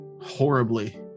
Horribly